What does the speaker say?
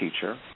teacher